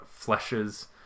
fleshes